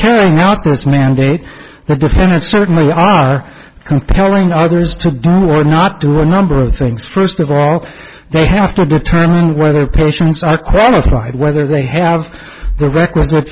carrying out this mandate the end of certainly are compelling others to done or not do a number of things first of all they have to determine whether patients are qualified whether they have the requisite